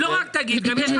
היא לא רק לא תגיד לנו.